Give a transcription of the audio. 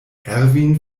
erwin